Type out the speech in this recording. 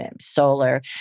solar